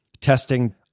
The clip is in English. testing